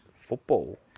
football